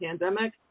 pandemic